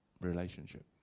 relationship